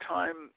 time